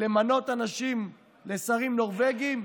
למנות אנשים לשרים נורבגים,